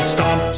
Stop